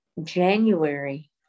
January